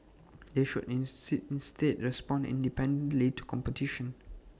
they should in see instead respond independently to competition